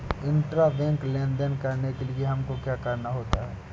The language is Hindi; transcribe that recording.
इंट्राबैंक लेन देन करने के लिए हमको क्या करना होता है?